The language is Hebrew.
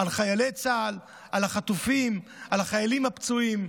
על חיילי צה"ל, על החטופים, על החיילים הפצועים.